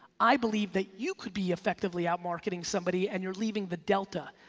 i believe that you could be effectively out marketing somebody and you're leaving the delta.